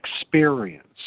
experience